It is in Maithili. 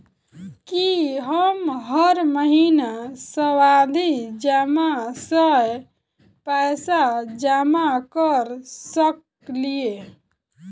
की हम हर महीना सावधि जमा सँ पैसा जमा करऽ सकलिये?